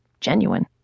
genuine